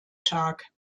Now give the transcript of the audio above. tag